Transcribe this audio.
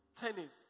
tennis